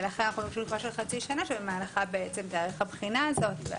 ולכן אנחנו מבקשים תקופה של חצי שנה שבמהלכה תערך הבחינה הזאת.